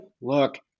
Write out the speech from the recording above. look